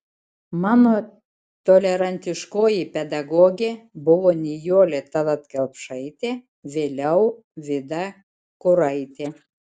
mano tolerantiškoji pedagogė buvo nijolė tallat kelpšaitė vėliau vida kuraitė